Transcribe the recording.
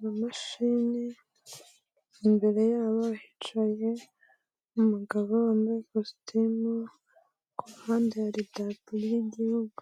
na mashini, imbere yabo hicaye umugabo wambaye ikositimu, ku ruhanda hari idarapo ry'Igihugu.